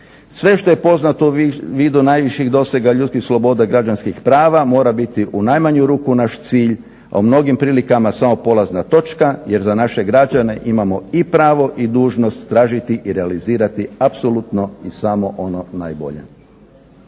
Sve što je poznato u vidu najviših dosega ljudskih sloboda i građanskih prava mora biti u najmanju ruku naš cilj, a u mnogim prilikama samo polazna točka jer za naše građane imamo i pravo i dužnost tražiti i realizirati apsolutno i samo ono najbolje.